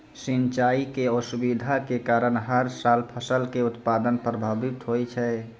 सिंचाई के असुविधा के कारण हर साल फसल के उत्पादन प्रभावित होय छै